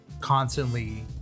constantly